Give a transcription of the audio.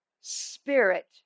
spirit